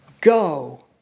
Go